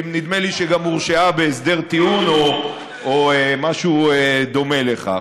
נדמה לי שהיא גם הורשעה בהסדר טיעון או משהו דומה לכך.